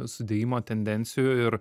sudėjimo tendencijų ir